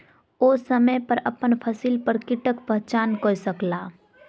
ओ समय पर अपन फसिल पर कीटक पहचान कय सकला